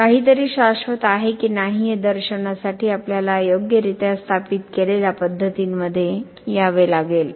काहीतरी शाश्वत आहे की नाही हे दर्शविण्यासाठी आपल्याला योग्यरित्या स्थापित केलेल्या पद्धतींमध्ये यावे लागेल